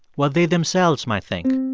what they themselves might think